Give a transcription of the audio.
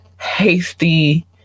hasty